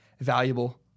valuable